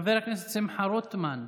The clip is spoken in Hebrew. חבר הכנסת שמחה רוטמן,